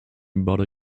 bother